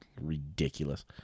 ridiculous